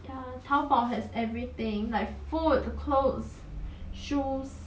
shoes